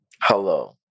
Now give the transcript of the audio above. hello